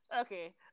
Okay